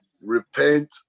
repent